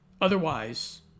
Otherwise